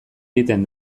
egiten